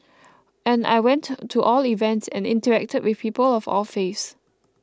and I went to all events and interacted with people of all faiths